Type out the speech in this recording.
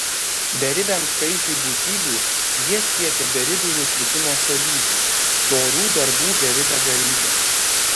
beribiam skaičiui būtybių jie siekia beribių nušvitimo savybių dorų darbų beribe galybe